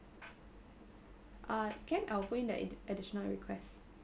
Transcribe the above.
uh can I will put in that addi~ additional requests